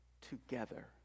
together